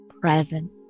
present